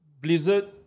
Blizzard